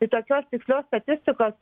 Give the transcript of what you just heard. tai tokios tikslios statistikos